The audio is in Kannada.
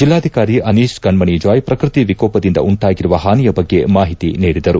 ಜಿಲ್ಲಾಧಿಕಾರಿ ಅನೀಸ್ ಕಣ್ಣಣಿ ಜಾಯ್ ಪ್ರಕೃತಿ ವಿಕೋಪದಿಂದ ಉಂಟಾಗಿರುವ ಹಾನಿಯ ಬಗ್ಗೆ ಮಾಹಿತಿ ನೀಡಿದರು